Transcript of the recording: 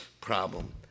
problem